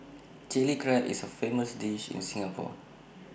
Chilli Crab is A famous dish in Singapore